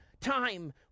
time